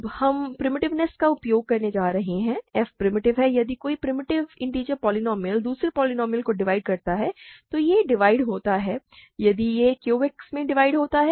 अब हम प्रिमिटिवनेस्स का उपयोग करने जा रहे हैं f प्रिमिटिव है यदि कोई प्रिमिटिव इन्टिजर पोलीनोमिअल दूसरे पोलीनोमिअल को डिवाइड करता है तो यह डिवाइड होता है यदि यह Q X में डिवाइड होता है तो यह Z X में भी डिवाइड होता है